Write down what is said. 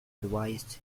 advised